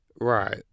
Right